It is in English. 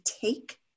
take